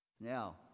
Now